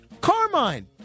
Carmine